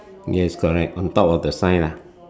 yes correct on top of the sign lah